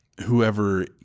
whoever